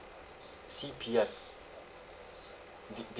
C_P_F did did